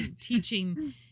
teaching